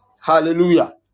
Hallelujah